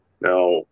Now